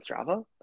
strava